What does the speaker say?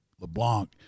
LeBlanc